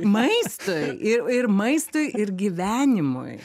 maistui i ir maistui ir gyvenimui